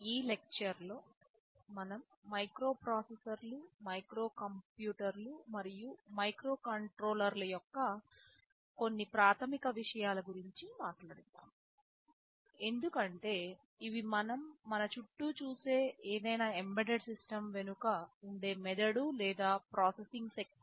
ఈ లెక్చర్ లో మనం మైక్రోప్రాసెసర్లు మైక్రోకంప్యూటర్లు మరియు మైక్రోకంట్రోలర్ల యొక్క కొన్ని ప్రాథమిక విషయాలు గురించి మాట్లాడుతాము ఎందుకంటే ఇవి మనం మన చుట్టూ చూసే ఏదైనా ఎంబెడెడ్ సిస్టమ్ వెనుక ఉండే మెదడు లేదా ప్రాసెసింగ్ శక్తి